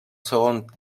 segon